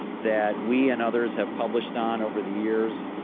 that we and others have published on over the years,